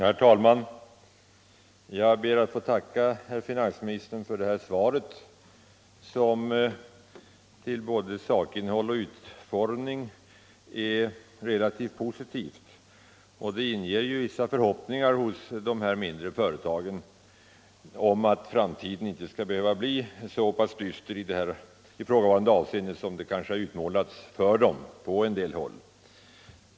Herr talman! Jag ber att få tacka herr finansministern för svaret, som till både sakinnehåll och utformning är relativt positivt. Det inger vissa förhoppningar hos de mindre företagen om att framtiden inte skall behöva bli så dyster i ifrågavarande avseende som den kanske utmålats för dem på en del håll.